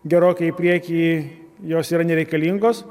gerokai į priekį jos yra nereikalingos